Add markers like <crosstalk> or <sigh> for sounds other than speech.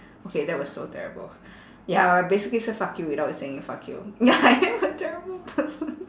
okay that was so terrible ya I basically say fuck you without saying fuck you <laughs> I am a terrible person